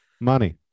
money